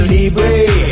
Libre